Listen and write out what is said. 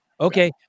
Okay